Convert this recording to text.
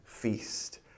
feast